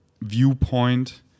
viewpoint